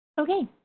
okay